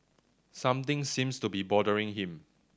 something seems to be bothering him